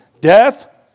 death